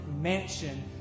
mansion